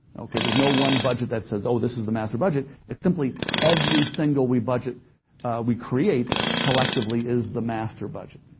okay, there's no one budget that says, oh, this is the master budget. it's simply just every single we budget we create collectively is the master budget.